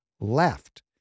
left